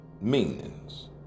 meanings